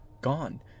Gone